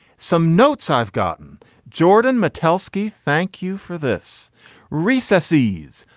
some notes i've gotten jordan, mattel ski. thank you for this recesses,